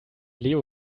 leo